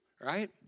right